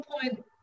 point